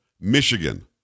Michigan